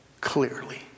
clearly